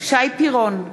שי פירון,